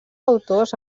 autors